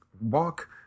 walk